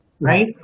Right